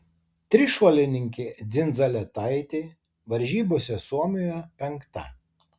trišuolininkė dzindzaletaitė varžybose suomijoje penkta